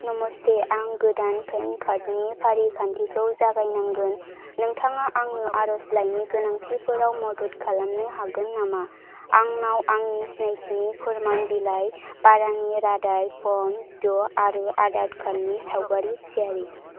नमस्ते आं गोदान पैन कार्ड नि फारिखान्थिखौ जागायनांगोन नोंथाङा आंनो आरजलाइनि गोनांथिफोराव मदद खालामनो हागोन नामा आंनाव आंनि सिनायथिनि फोरमान बिलाइ भारानि रादाइ फर्म जिद' आरो आधार कार्ड नि सावगारि थियारि